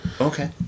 Okay